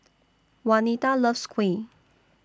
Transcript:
Wanita loves Kuih